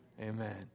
Amen